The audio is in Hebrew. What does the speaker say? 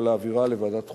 או להעבירה לוועדת חוקה,